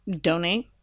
donate